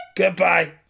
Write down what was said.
Goodbye